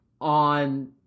on